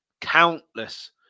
countless